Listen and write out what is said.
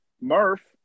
Murph